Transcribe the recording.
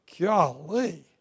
Golly